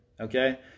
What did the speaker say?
Okay